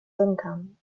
income